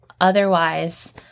Otherwise